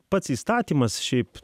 pats įstatymas šiaip